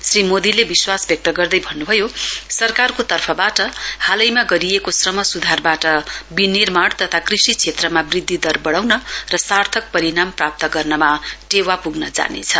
श्री मोदीले विश्वास व्यक्त गर्दै भन्नभएको छ सरकारको तर्फबाट हालैमा गरिएको श्रम सुधारबाट विनिर्माण तथा कृषि क्षेत्रमा वृधिद दर वढ़ाउन र सार्थक परिणाम प्राप्त गर्नमा टेवा पुग्न जानेछ